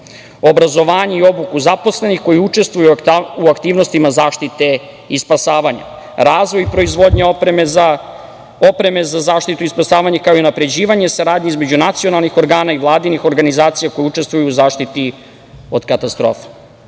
obrazovanje i obuku zaposlenih koji učestvuju u aktivnostima zaštite i spasavanje, razvoj i proizvodnja opreme za zaštitu i spasavanje, kao i unapređivanje saradnje između nacionalnih organa i vladinih organa i organizacija koje učestvuju u zaštiti od katastrofa. Kipar